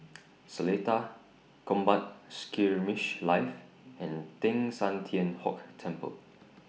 Seletar Combat Skirmish Live and Teng San Tian Hock Temple